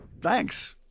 Thanks